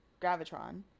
Gravitron